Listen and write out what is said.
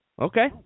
Okay